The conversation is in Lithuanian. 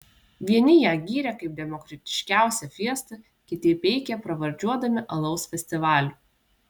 vieni ją gyrė kaip demokratiškiausią fiestą kiti peikė pravardžiuodami alaus festivaliu